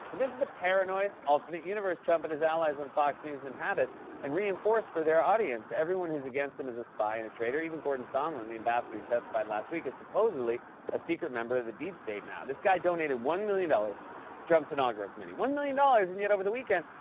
this is the paranoid alternate universe trump and his allies on fox news inhabit and reinforce for their audience. everyone who's against them is a spy and a traitor. even gordon sondland, the ambassador who testified last week, is supposedly a secret member of the deep state now. this guy donated one million dollars to trump's inaugural committee. one million dollars, and, yet, over the weekend,